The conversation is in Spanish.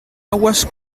aguas